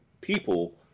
people